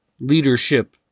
leadership